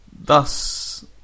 thus